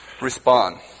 respond